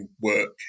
work